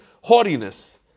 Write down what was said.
haughtiness